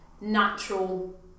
natural